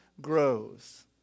grows